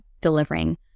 delivering